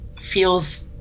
feels